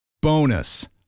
Bonus